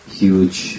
huge